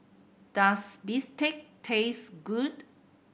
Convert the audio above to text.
does bistake taste good